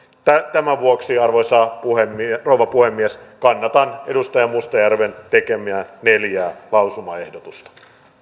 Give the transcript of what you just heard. tämän vuoksi arvoisa rouva puhemies kannatan edustaja mustajärven tekemiä neljää lausumaehdotusta